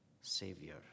Savior